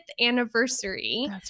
anniversary